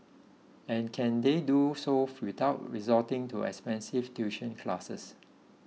and can they do so without resorting to expensive tuition classes